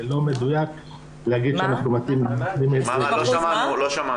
זה לא מדויק להגיד שאנחנו --- לא שמענו,